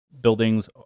buildings